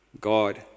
God